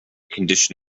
condition